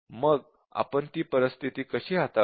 मग आपण ती परिस्थिती कशी हाताळू